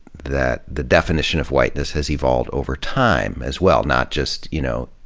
that the definition of whiteness has evolved over time, as well. not just, you know,